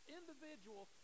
individual